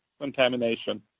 contamination